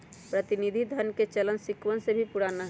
प्रतिनिधि धन के चलन सिक्कवन से भी पुराना हई